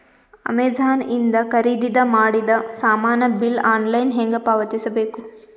Amazon ಇಂದ ಖರೀದಿದ ಮಾಡಿದ ಸಾಮಾನ ಬಿಲ್ ಆನ್ಲೈನ್ ಹೆಂಗ್ ಪಾವತಿಸ ಬೇಕು?